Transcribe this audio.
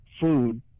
food